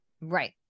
Right